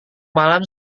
malam